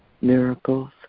miracles